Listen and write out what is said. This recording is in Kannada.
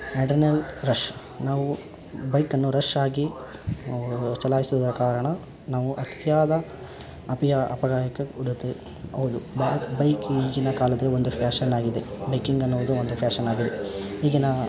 ಆಡ್ರಿನಲ್ ರಶ್ ನಾವು ಬೈಕನ್ನು ರಶ್ಶಾಗಿ ಚಲಾಯ್ಸುವುದ್ರ ಕಾರಣ ನಾವು ಅತಿಯಾದ ಅಪಾಯ ಅಪಘಾತಕ್ಕೆ ಉಡುತ್ತೆ ಹೌದು ಬೈಕ್ ಈಗಿನ ಕಾಲದಲ್ಲಿ ಒಂದು ಫ್ಯಾಷನ್ನಾಗಿದೆ ಬೈಕಿಂಗ್ ಅನ್ನುವುದು ಒಂದು ಫ್ಯಾಷನ್ನಾಗಿದೆ ಈಗಿನ